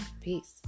peace